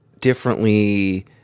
differently